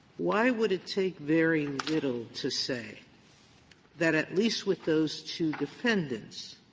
why would it take very little to say that at least with those two defendants,